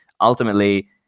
Ultimately